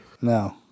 No